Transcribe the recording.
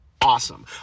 awesome